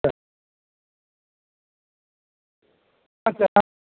আচ্ছা